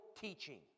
teaching